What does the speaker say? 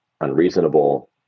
unreasonable